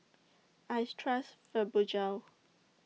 I Trust Fibogel